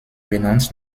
benannt